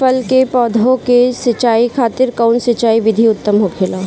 फल के पौधो के सिंचाई खातिर कउन सिंचाई विधि उत्तम होखेला?